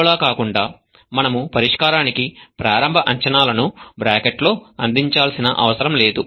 fzero లా కాకుండా మనము పరిష్కారాని కి ప్రారంభ అంచనాలను బ్రాకెట్ లో అందించాల్సిన అవసరం లేదు